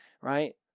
Right